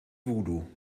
voodoo